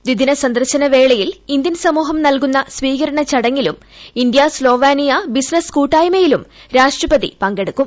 ദ്ദിദിന സന്ദർശന വേളയ്ിൽ ഇന്ത്യൻ സമൂഹം നൽകുന്ന സ്വീകരണച്ചടങ്ങിലും ഇന്ത്യ സ്പോഴ്വേനീയ ബിസിനസ് കൂട്ടായ്മയിലും രാഷ്ട്രപതി പങ്കെടുക്കും